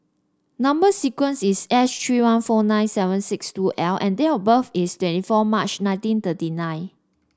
number sequence is S three one four nine seven six two L and date of birth is twenty four March nineteen thirty nine